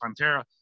Pantera